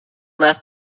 left